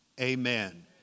Amen